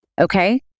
okay